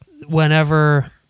whenever